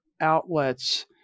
outlets